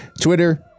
Twitter